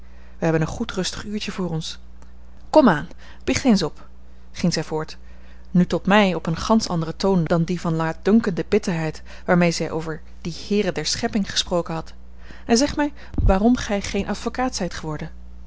wij hebben een goed rustig uurtje voor ons kom aan biecht eens op ging zij voort nu tot mij op een gansch anderen toon dan die van laatdunkende bitterheid waarmee zij over die heeren der schepping gesproken had en zeg mij waarom gij geen advocaat zijt geworden